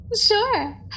Sure